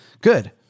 good